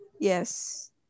Yes